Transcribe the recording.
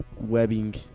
Webbing